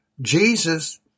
Jesus